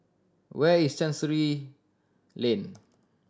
where is Chancery Lane